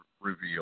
reveal